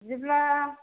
बिदिब्ला